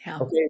Okay